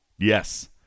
Yes